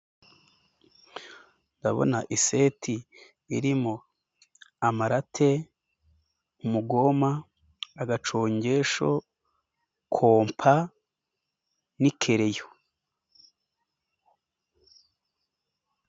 Ndabona iseti irimo amarate, umugoma, agacongesho, kompa n'ikereyo.